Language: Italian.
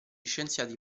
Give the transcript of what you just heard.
scienziati